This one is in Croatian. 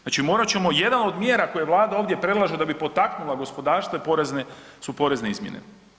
Znači morat ćemo jedan od mjera koje Vlada ovdje predlaže da bi potaknula gospodarstvo su porezne izmjene.